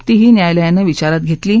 तीही न्यायालयानं विचारात घेतली आहे